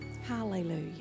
Hallelujah